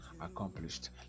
accomplished